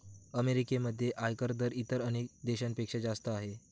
अमेरिकेमध्ये आयकर दर इतर अनेक देशांपेक्षा जास्त आहे